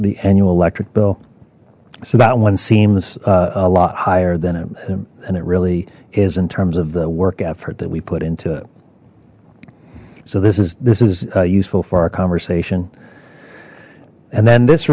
the annual electric bill so that one seems a lot higher than a and it really is in terms of the work effort that we put into it so this is this is useful for our conversation and then this